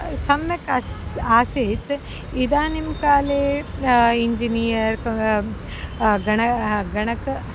सम्यक् अस् आसीत् इदानीं काले इञ्जिनियर् गणाः गणकाः